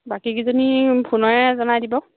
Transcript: বাকীকেইজনী ফোনৰে জনাই দিব